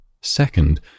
Second